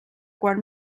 quan